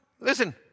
listen